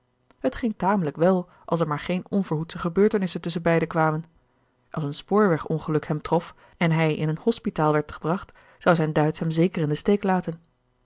het ging tamelijk wel als er maar geen onverhoedsche gebeurtenissen tusschen beiden kwamen als een spoorwegongeluk hem trof en hij in een hospitaal werd gebracht zou zijn duitsch hem zeker in den steek laten